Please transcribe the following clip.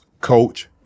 coach